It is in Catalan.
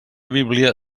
bíblia